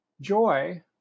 joy